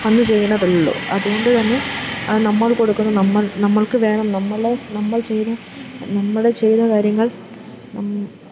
വന്ന് ചെയ്യുന്നതല്ലല്ലോ അതുകൊണ്ട് തന്നെ അത് നമ്മൾ കൊടുക്കുന്നു നമ്മൾ നമ്മൾക്ക് വേണം നമ്മളെ നമ്മൾ ചെയ്യുന്ന നമ്മൾ ചെയ്ത കാര്യങ്ങൾ